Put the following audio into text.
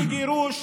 לגירוש.